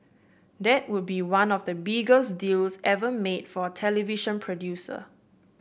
that would be one of the biggest deals ever made for a television producer